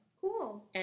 Cool